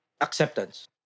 acceptance